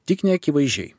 tik neakivaizdžiai